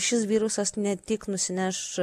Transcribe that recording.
šis virusas ne tik nusineš